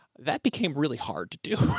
that became really hard to do.